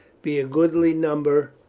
be a goodly number,